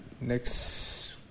Next